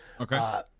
Okay